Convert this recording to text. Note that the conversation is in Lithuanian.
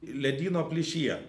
ledyno plyšyje